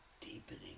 Deepening